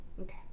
Okay